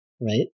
right